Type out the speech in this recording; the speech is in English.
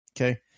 okay